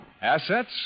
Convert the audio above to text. Assets